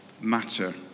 matter